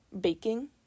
baking